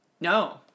No